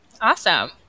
Awesome